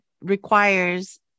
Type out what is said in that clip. requires